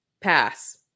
pass